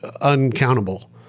uncountable